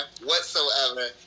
whatsoever